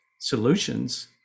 solutions